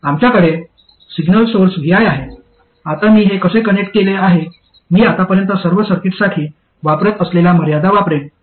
आमच्याकडे signal source vi आहे आता मी हे कसे कनेक्ट केले आहे मी आतापर्यंत सर्व सर्किट्ससाठी वापरत असलेल्या मर्यादा वापरेन